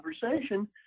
conversation